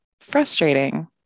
frustrating